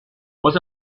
was